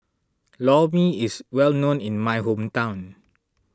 Lor Mee is well known in my hometown